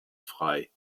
frei